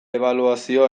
ebaluazio